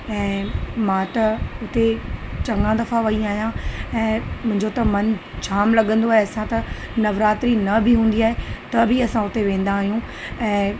ऐं मां त उते चङा दफ़ा वई आहियां ऐं मुंहिंजो त मनु जामु लॻंदो आहे ऐं असां त नवरात्री न बि हूंदी आहे त बि असां उते वेंदा आहियूं ऐं